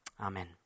Amen